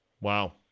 Wow